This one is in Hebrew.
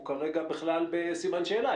הוא כרגע בכלל בסימן שאלה.